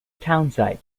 townsite